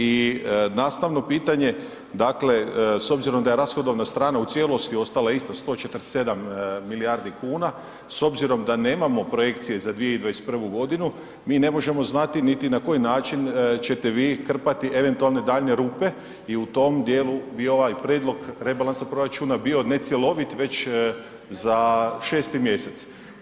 I nastavno pitanje, dakle, s obzirom da je rashodovna strana u cijelosti ostala ista 147 milijardi kuna, s obzirom da nemamo projekcije za 2021. g., mi ne možemo znati niti na koji način ćete vi krpati eventualne daljnje rupe i u tom dijelu bi ovaj prijedlog rebalansa proračuna bio necjelovit već za 6. mj.